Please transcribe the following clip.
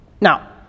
Now